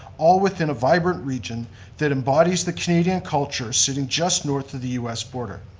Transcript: all within a vibrant region that embodies the community and culture sitting just north of the u s. border.